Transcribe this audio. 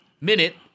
minute